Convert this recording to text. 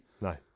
No